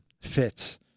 fits